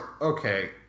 okay